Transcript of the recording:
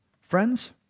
Friends